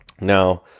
Now